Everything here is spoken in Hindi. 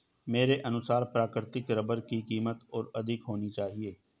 मेरे अनुसार प्राकृतिक रबर की कीमत और अधिक होनी चाहिए